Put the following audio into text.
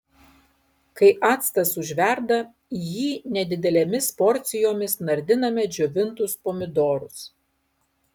kai actas užverda į jį nedidelėmis porcijomis nardiname džiovintus pomidorus